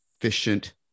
efficient